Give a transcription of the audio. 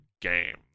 game